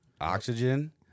oxygen